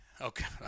Okay